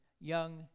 young